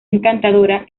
encantadora